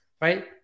right